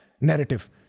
narrative